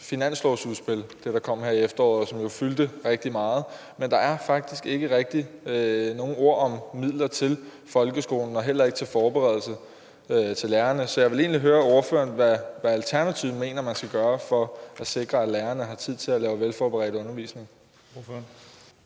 finanslovsudspil, der kom her i efteråret, og som jo fyldte rigtig meget. Men der er faktisk ikke rigtig nogen ord om midler til folkeskolen og heller ikke om forberedelse til lærerne. Så jeg vil egentlig høre ordføreren, hvad Alternativet mener man skal gøre for at sikre, at lærerne har tid til at lave en velforberedt undervisning.